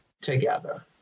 together